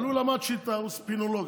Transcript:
אבל הוא למד שיטה, הוא ספינולוג.